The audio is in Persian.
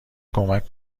کمک